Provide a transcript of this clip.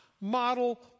model